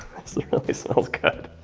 this really smells good.